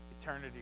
eternity